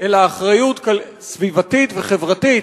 אלא אחריות סביבתית וחברתית,